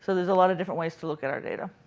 so there's a lot of different ways to look at our data.